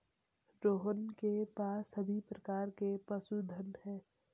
रोहन के पास सभी प्रकार के पशुधन है